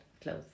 clothes